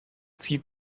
zieht